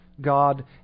god